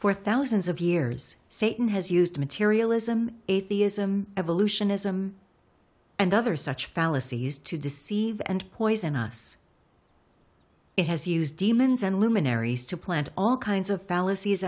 for thousands of years satan has used materialism atheism evolutionism and other such fallacies to deceive and poison us it has used demons and luminaries to plant all kinds of fallacies